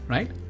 Right